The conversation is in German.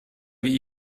wie